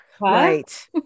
Right